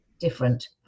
different